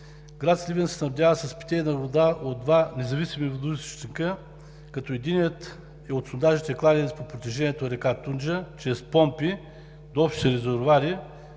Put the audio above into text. град Сливен се снабдява с питейна вода от два независими водоизточника, като единият е от сондажните кладенци по протежението на река Тунджа чрез помпи до общи резервоари,